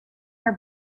her